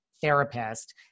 therapist